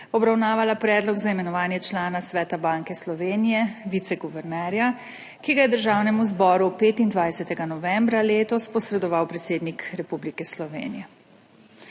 obravnavala predlog za imenovanje člana Sveta Banke Slovenije - viceguvernerja, ki ga je Državnemu zboru 25. novembra letos posredoval predsednik Republike Slovenije.